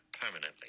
permanently